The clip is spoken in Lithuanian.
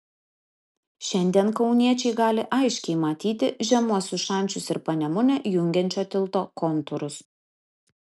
šiandien kauniečiai gali aiškiai matyti žemuosius šančius ir panemunę jungiančio tilto kontūrus